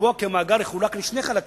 לקבוע כי המאגר יחולק לשני חלקים,